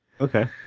Okay